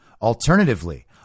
Alternatively